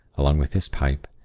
along with his pipe,